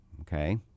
Okay